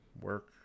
work